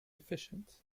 efficient